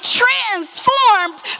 transformed